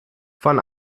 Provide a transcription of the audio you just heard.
von